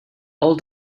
all